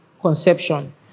Conception